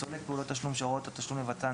הסולק פעולות תשלום שהוראות התשלום לבצען